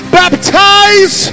baptize